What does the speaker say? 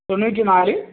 തൊണ്ണൂറ്റിനാല്